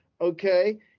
okay